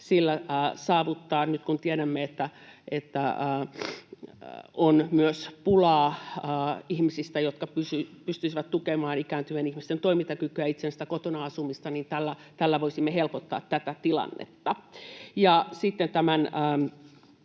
helpotusta nyt, kun tiedämme, että on myös pulaa ihmisistä, jotka pystyisivät tukemaan ikääntyvien ihmisten toimintakykyä ja itsenäistä kotona asumista, ja voisimmeko tällä helpottaa tätä tilannetta. Sitten tämän